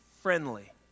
friendly